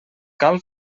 cal